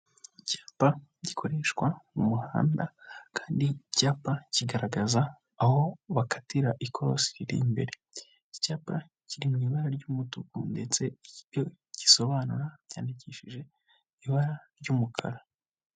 Icyapa gikoreshwa mu muhanda kandi iki cyapa kigaragaza aho bakatira ikorosi riri imbere, iki cyapa kiri mu ibara ry'umutuku ndetse ibyo gisobanura byandikishije ibara ry'umukara.